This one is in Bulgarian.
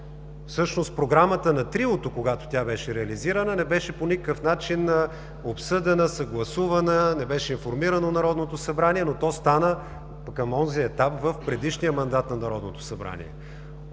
Програмата на Триото, когато, тя беше реализирана не беше по никакъв начин обсъдена, съгласувана, не беше информирано Народното събрание, но то стана към онзи етап в предишния мандат на Народното събрание.